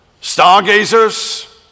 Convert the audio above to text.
stargazers